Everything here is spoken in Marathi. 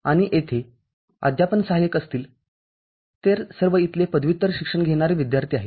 आणि येथे अध्यापन सहाय्यक असतील ते सर्व इथले पदव्युत्तर शिक्षण घेणारे विद्यार्थी आहेत